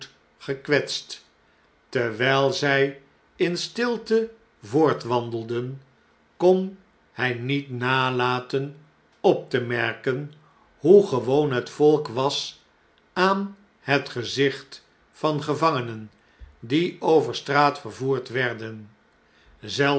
terwijl zij in stiltevoortwandelden kon hij niet nalaten op te merken hoe gewoon het volk was aan het gezicht van fevangenen die over straat vervoerd werden